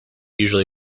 usually